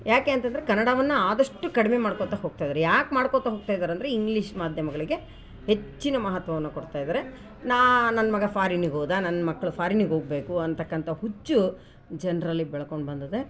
ಯಾಕೆ ಅಂತಂದರೆ ಕನ್ನಡವನ್ನ ಆದಷ್ಟು ಕಡಿಮೆ ಮಾಡ್ಕೋತ ಹೋಗ್ತಿದಾರೆ ಯಾಕೆ ಮಾಡ್ಕೊತ ಹೋಗ್ತಿದಾರೆ ಅಂದರೆ ಇಂಗ್ಲೀಷ್ ಮಾಧ್ಯಮಗಳಿಗೆ ಹೆಚ್ಚಿನ ಮಹತ್ವವನ್ನು ಕೊಡ್ತ ಇದಾರೆ ನಾ ನನ್ನ ಮಗ ಫಾರಿನ್ನಿಗೆ ಹೋದ ನನ್ನ ಮಕ್ಕಳು ಫಾರಿನ್ನಿಗೆ ಹೋಗಬೇಕು ಅಂತಕ್ಕಂಥ ಹುಚ್ಚು ಜನರಲ್ಲಿ ಬೆಳ್ಕೊಂಡು ಬಂದಿದೆ